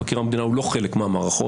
מבקר המדינה הוא לא חלק מהמערכות.